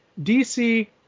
dc